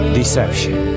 deception